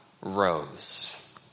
rose